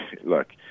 look